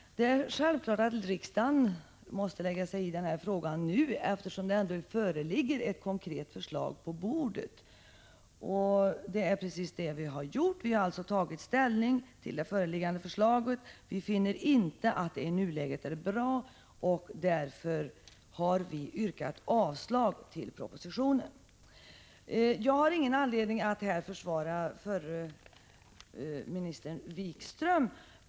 Men självfallet måste riksdagen lägga sig i denna fråga nu, eftersom det ligger ett konkret förslag på bordet. Det är precis detta vi har gjort, dvs. tagit ställning till det föreliggande förslaget. Vi finner i nuläget att det inte är bra. Därför har vi yrkat avslag på propositionen. Jag har inte någon anledning att här försvara förre ministern Wikström.